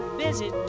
busy